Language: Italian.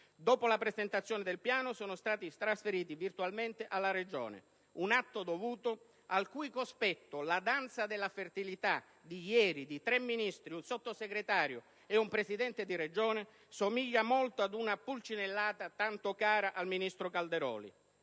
dopo la presentazione del piano, sono stati trasferiti virtualmente alla Regione. Un atto dovuto, al cui cospetto la danza della fertilità fatta ieri da tre Ministri, da un Sottosegretario e da un Presidente di Regione somiglia tanto ad una "pulcinellata", tanto cara al ministro Calderoli.